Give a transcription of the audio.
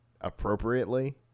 appropriately